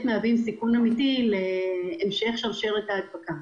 מהווים סיכון אמיתי מבחינת המשך שרשרת ההדבקה.